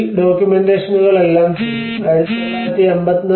ഈ ഡോക്യുമെന്റേഷനുകളെല്ലാം ചെയ്തു